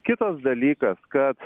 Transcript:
kitas dalykas kad